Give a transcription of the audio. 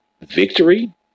victory